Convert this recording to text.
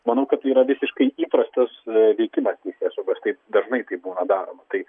manau kad tai yra visiškai įprastas veikimas teisėsaugos taip dažnai taip būna daroma tai